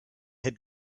had